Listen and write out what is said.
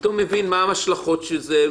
הם נוסעים במסלול שיכלו לנסוע בו טוב,